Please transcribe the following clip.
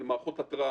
של מערכות התרעה.